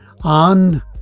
on